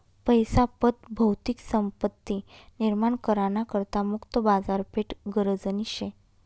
पैसा पत भौतिक संपत्ती निर्माण करा ना करता मुक्त बाजारपेठ गरजनी शे